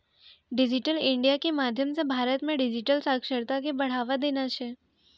digital India के माध्यम से भारत मे डिजिटल साक्षरता के बढ़ावा देना छै